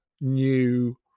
new